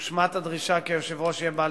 תושמט הדרישה כי היושב-ראש יהיה בעל